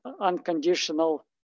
unconditional